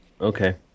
Okay